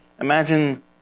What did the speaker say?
imagine